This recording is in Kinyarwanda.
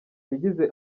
yagize